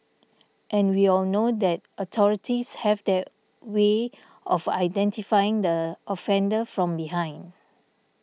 and we all know that authorities have their way of identifying the offender from behind